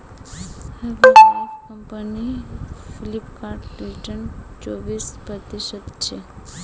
herbal life company Flipkart return चोबीस प्रतिशतछे